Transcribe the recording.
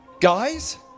Guys